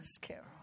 Carol